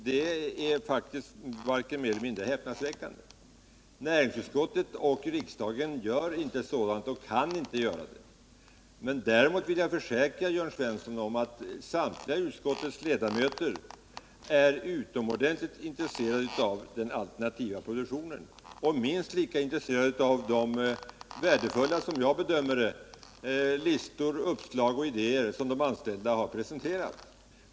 Det är häpnadsväckande! Näringsutskottet och riksdagen gör inte sådant och kan inte göra det. Däremot vill jag försäkra Jörn Svensson om att samtliga utskottsledamöter är utomordentligt intresserade av den alternativa produktionen och minst lika intresserade av den, som jag bedömer det, värdefulla lista med uppslag och idéer som de anställda har presenterat.